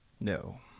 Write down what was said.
No